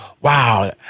wow